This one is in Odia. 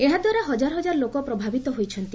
ଏହାଦ୍ୱାରା ହଜାର ଲୋକ ପ୍ରଭାବିତ ହୋଇଛନ୍ତି